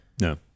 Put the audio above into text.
No